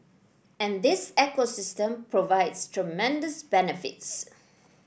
and this ecosystem provides tremendous benefits